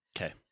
Okay